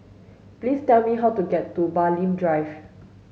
please tell me how to get to Bulim Drive